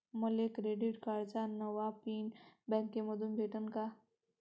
मले क्रेडिट कार्डाचा नवा पिन बँकेमंधून भेटन का?